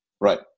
Right